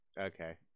Okay